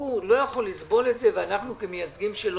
הציבור לא יכול לסבול את זה, ואנחנו כמייצגים שלו,